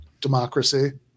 democracy